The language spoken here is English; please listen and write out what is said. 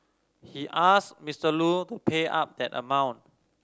he asked Mister Lu to pay up that amount